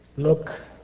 look